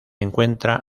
encuentra